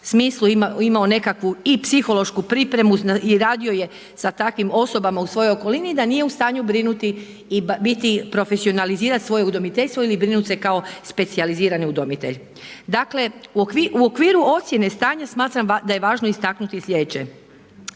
smislu, imao nekakvu i psihološku pripremu i radio je za takvim osobama u svojoj okolini i da nije u stanju brinuti i profesionalizirat svoje udomiteljstvo ili brinut se kao specijalizirani udomitelj. Dakle, u okviru ocjene stanja smatram da je važno istaknuti slijedeće.